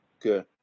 Good